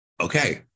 okay